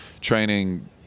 training